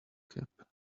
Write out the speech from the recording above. cap